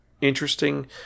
interesting